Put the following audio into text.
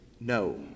No